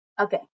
Okay